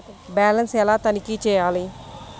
Balance ఎలా తనిఖీ చేయాలి?